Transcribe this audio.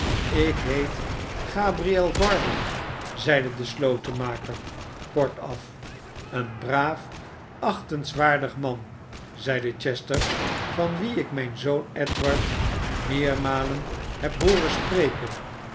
ik heet gabriel varden zeide de slotenmaker kortaf een braaf achtenswaardig man zeide chester van wien ik mijn zoon edward meermalen heb hooren spreken